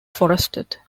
forested